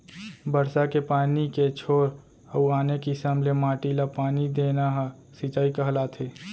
बरसा के पानी के छोर अउ आने किसम ले माटी ल पानी देना ह सिंचई कहलाथे